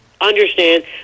understand